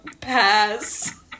pass